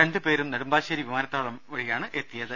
രണ്ടു പേരും നെടുമ്പാശേരി വിമാനത്താവളം വഴിയാണ് എത്തിയത്